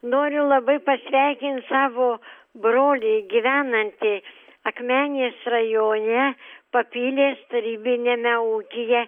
noriu labai pasveikint savo brolį gyvenantį akmenės rajone papilės tarybiniame ūkyje